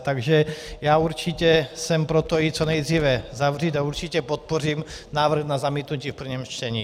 Takže já určitě jsem pro to ji co nejdříve zavřít a určitě podpořím návrh na zamítnutí v prvním čtení.